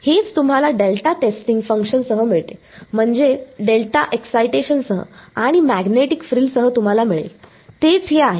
हेच तुम्हाला delta testing फंक्शनसह मिळते म्हणजे डेल्टा एक्साईटेशन सह आणि मॅग्नेटिक फ्रिलसह तुम्हाला मिळेल तेच हे आहे